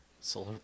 Solar